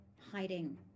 hiding